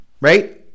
right